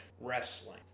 wrestling